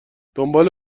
دنبال